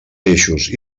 eixos